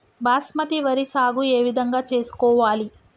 బాస్మతి వరి సాగు ఏ విధంగా చేసుకోవాలి?